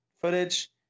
footage